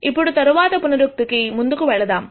ఇప్పుడు తరువాత పునరుక్తి కి ముందుకు వెళదాం